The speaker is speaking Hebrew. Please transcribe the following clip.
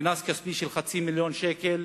קנס כספי של חצי מיליון שקל,